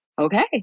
okay